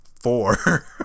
four